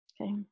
Okay